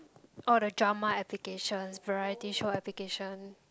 all the drama applications variety show application